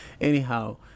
Anyhow